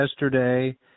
yesterday